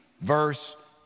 verse